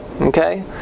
okay